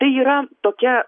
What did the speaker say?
tai yra tokia